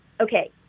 okay